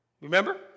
Remember